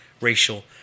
racial